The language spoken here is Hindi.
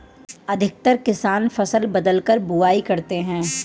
अधिकतर किसान फसल बदलकर बुवाई करते है